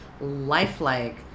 lifelike